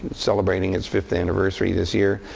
celebrating its fifth anniversary this year,